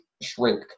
shrink